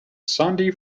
sunday